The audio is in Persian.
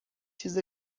چیز